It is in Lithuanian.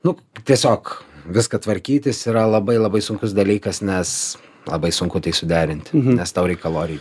nu tiesiog viską tvarkytis yra labai labai sunkus dalykas nes labai sunku tai suderinti nes tau reik kalorijų